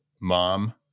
mom